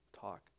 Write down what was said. talk